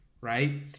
right